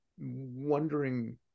wondering